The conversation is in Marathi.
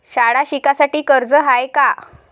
शाळा शिकासाठी कर्ज हाय का?